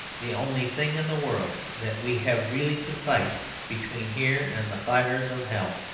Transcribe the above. the only thing in the world that we have really to fight between here and the fires of hell.